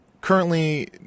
currently –